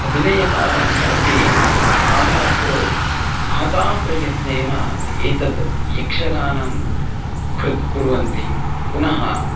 अभिनयकाराः अपि आरात्रौ महता प्रयत्नेन एतद् यक्षगानं कृत् कुर्वन्ति पुनः